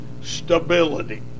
stability